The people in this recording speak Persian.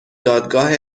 دادگاه